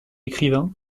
écrivain